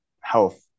health